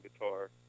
guitar